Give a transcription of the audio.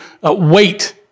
wait